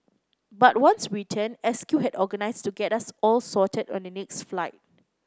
but once we returned S Q had organised to get us all sorted on the next flight